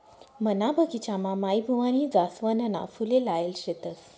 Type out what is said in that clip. मना बगिचामा माईबुवानी जासवनना फुले लायेल शेतस